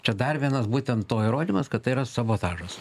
čia dar vienas būtent to įrodymas kad tai yra sabotažas